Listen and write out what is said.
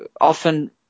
often